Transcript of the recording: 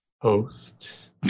Host